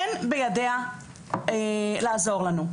אין בידה לעזור לנו.